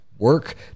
work